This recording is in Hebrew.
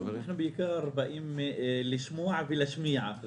אנחנו בעיקר באים לשמוע ולהשמיע.